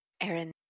Aaron